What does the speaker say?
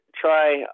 try